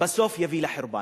בסוף יביאו לחורבן.